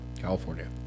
California